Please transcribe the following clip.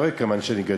אתה רואה כמה אני גדול.